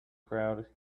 crowd